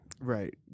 Right